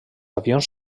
avions